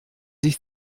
sich